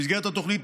במסגרת התוכנית,